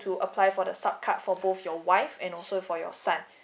to apply for the sub card for both your wife and also for your son